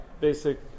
basic